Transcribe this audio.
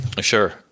Sure